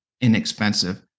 inexpensive